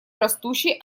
растущей